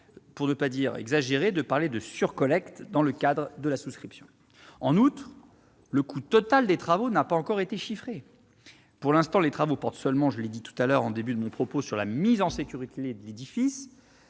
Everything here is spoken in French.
pour ne pas dire exagéré, de parler de « sur-collecte » dans le cadre de la souscription. En outre, le coût total des travaux n'a pas encore été chiffré. Pour l'instant, les travaux portent seulement, comme je l'ai indiqué au début de mon propos, sur la mise en sécurité de l'édifice.